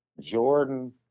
Jordan